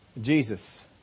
Jesus